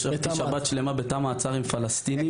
ישבתי שבת שלמה בתא המעצר עם פלסטינים.